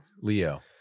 Leo